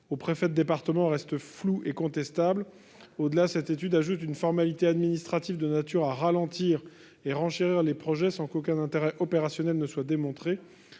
au préfet de département, restent flous et contestables. Au-delà, une telle étude ajoute une formalité administrative de nature à ralentir et renchérir les projets sans qu'aucun intérêt opérationnel ne soit démontré.